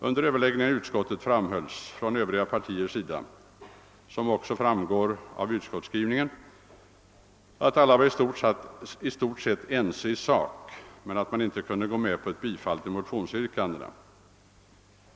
"Under överläggningarna i utskottet framhöll övriga partiers representanter att — vilket också framgår av utskottsskrivningen — alla var i stort sett ense i sak, men att de inte kunde gå med på ett bifall till motionsyrkandena.